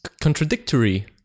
contradictory